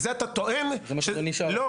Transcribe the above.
אתה טוען שאתה